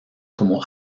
como